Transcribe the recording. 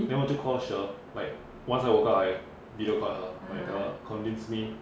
then 我就 call sher like once I woke up I video call her like girl convince me